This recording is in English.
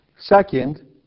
Second